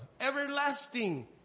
everlasting